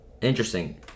interesting